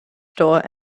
store